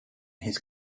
his